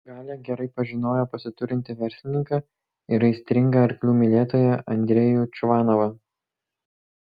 galia gerai pažinojo pasiturintį verslininką ir aistringą arklių mylėtoją andrejų čvanovą